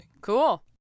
Cool